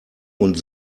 und